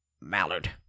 Mallard